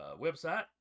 website